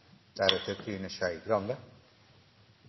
Representanten Trine Skei Grande